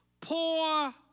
Poor